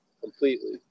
completely